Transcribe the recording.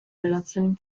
relazioni